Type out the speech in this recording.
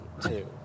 two